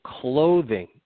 clothing